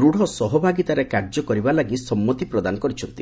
ଦୂଢ଼ ସହଭାଗିତାରେ କାର୍ଯ୍ୟ କରିବା ଲାଗି ସମ୍ମତି ପ୍ରଦାନ କରିଛନ୍ତି